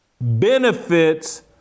benefits